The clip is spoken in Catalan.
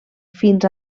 fins